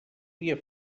dia